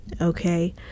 Okay